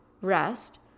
rest